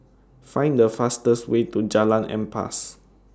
Find The fastest Way to Jalan Ampas